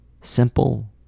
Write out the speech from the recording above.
Simple